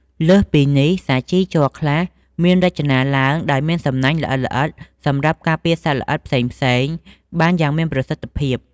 លើសពីនេះ សាជីជ័រខ្លះមានរចនាឡើងដោយមានសំណាញ់ល្អិតៗសម្រាប់ការពារសត្វល្អិតផ្សេងៗបានយ៉ាងមានប្រសិទ្ធភាព។